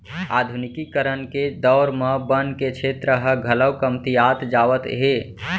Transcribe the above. आधुनिकीकरन के दौर म बन के छेत्र ह घलौ कमतियात जावत हे